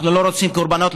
אנחנו לא רוצים קורבנות,